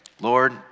Lord